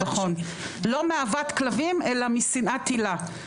לא מאהבת כלבים אלא משנאת הילה,